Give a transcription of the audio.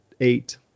eight